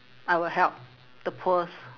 I will help the poors